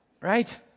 Right